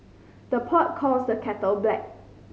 the pot calls the kettle black